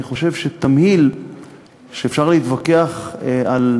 אני חושב שתמהיל שאפשר להתווכח בו על